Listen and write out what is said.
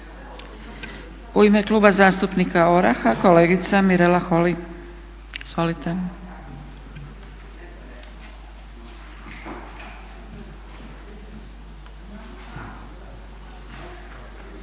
U ime Kluba zastupnika ORAH-a kolegica Mirela Holy. Izvolite.